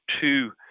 two